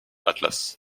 atlas